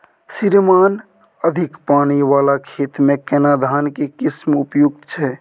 श्रीमान अधिक पानी वाला खेत में केना धान के किस्म उपयुक्त छैय?